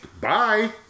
bye